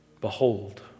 Behold